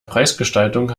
preisgestaltung